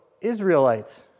Israelites